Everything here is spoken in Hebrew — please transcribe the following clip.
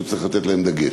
שצריך לתת בהם דגש.